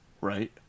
Right